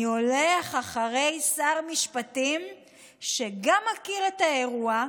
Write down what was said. אני הולך אחרי שר משפטים שגם מכיר את האירוע,